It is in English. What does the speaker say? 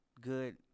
good